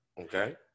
Okay